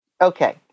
Okay